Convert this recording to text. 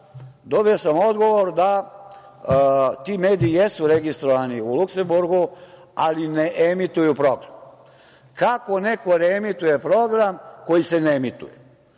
dobio sam odgovor da ti mediji jesu registrovani u Luksemburgu, ali ne emituju program. Kako neko reemituje program koji se ne emituje?